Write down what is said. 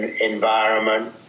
environment